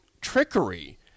trickery